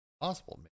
possible